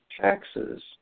taxes